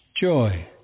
Joy